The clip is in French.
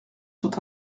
sont